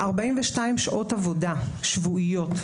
42 שעות עבודה שבועיות,